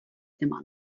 immer